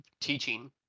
teaching